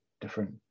different